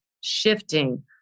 shifting